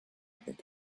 think